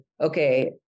Okay